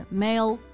male